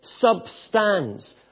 substance